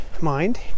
mind